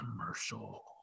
commercial